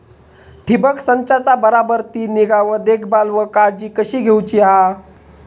ठिबक संचाचा बराबर ती निगा व देखभाल व काळजी कशी घेऊची हा?